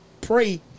pray